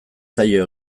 zaio